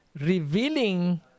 revealing